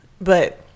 But-